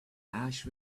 ash